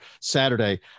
Saturday